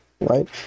right